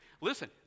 Listen